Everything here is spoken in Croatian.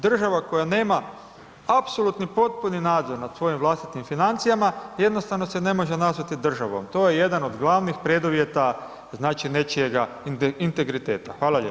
Država koja nema apsolutni potpuni nadzor nad svojim vlastitim financijama, jednostavno se ne može nazvati državom, to je jedan od glavnih preduvjeta nečijega integriteta.